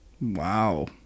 Wow